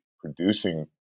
producing